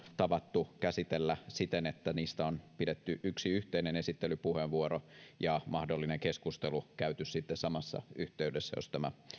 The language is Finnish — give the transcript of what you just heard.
tavattu käsitellä siten että niistä on pidetty yksi yhteinen esittelypuheenvuoro ja mahdollinen keskustelu käyty sitten samassa yhteydessä jos tämä